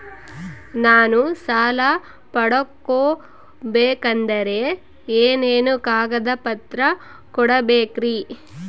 ನಾನು ಸಾಲ ಪಡಕೋಬೇಕಂದರೆ ಏನೇನು ಕಾಗದ ಪತ್ರ ಕೋಡಬೇಕ್ರಿ?